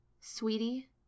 Sweetie